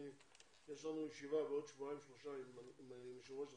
יש לנו ישיבה בעוד שבועיים-שלושה עם יו"ר הסוכנות,